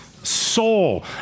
Soul